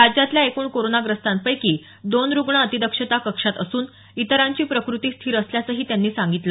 राज्यातल्या एकूण कोरोनाग्रस्तांपैकी दोन रुग्ण अतिदक्षता कक्षात असून इतरांची प्रकृती स्थिर असल्याचंही त्यांनी सांगितलं